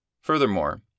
Furthermore